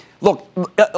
Look